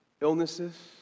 illnesses